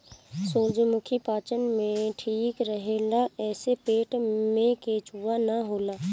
सूरजमुखी पाचन में ठीक रहेला एसे पेट में केचुआ ना होला